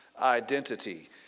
identity